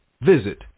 visit